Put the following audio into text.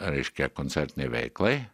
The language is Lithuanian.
reiškia koncertinei veiklai